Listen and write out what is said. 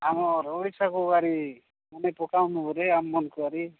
ଆମର ଓଡ଼ିଶାକୁ ଆରି ମନେ ପକାଉନୁ କି ଆମମାନଙ୍କୁ କରି